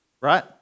Right